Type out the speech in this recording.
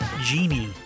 Genie